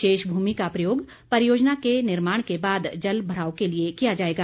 शेष भूमि का प्रयोग परियोजना के निर्माण के बाद जलभराव के लिए किया जाएगा